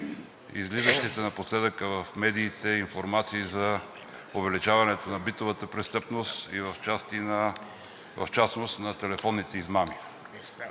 излизащите напоследък в медиите информации за увеличаването на битовата престъпност и в частност на телефонните измами.